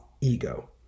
ego